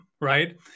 right